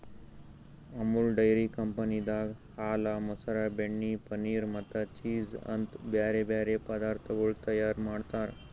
Amul dairy ಕಂಪನಿದಾಗ್ ಹಾಲ, ಮೊಸರ, ಬೆಣ್ಣೆ, ಪನೀರ್ ಮತ್ತ ಚೀಸ್ ಅಂತ್ ಬ್ಯಾರೆ ಬ್ಯಾರೆ ಪದಾರ್ಥಗೊಳ್ ತೈಯಾರ್ ಮಾಡ್ತಾರ್